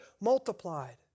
multiplied